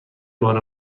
بار